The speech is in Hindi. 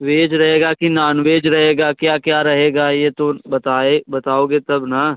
वेज रहेगा कि नॉन वेज रहेगा क्या क्या रहेगा यह तो बताए बताओगे तब ना